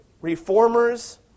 reformers